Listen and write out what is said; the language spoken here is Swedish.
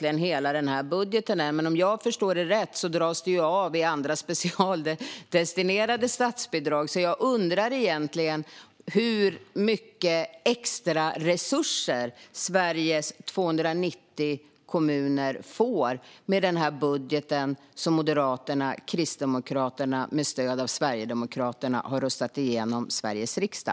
Vi har inte sett hela budgeten än, men om jag förstår rätt dras pengar av för andra specialdestinerade statsbidrag. Jag undrar därför hur mycket extraresurser Sveriges 290 kommuner egentligen får med den budget som Moderaterna och Kristdemokraterna med stöd av Sverigedemokraterna har röstat igenom i Sveriges riksdag.